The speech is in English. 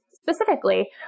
specifically